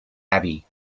abbey